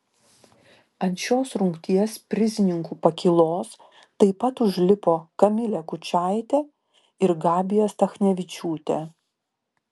ant šios rungties prizininkų pakylos taip pat užlipo kamilė kučaitė ir gabija stachnevičiūtė